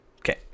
Okay